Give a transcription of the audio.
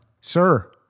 Sir